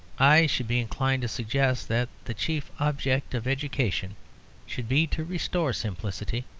i should be inclined to suggest that the chief object of education should be to restore simplicity.